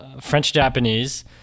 French-Japanese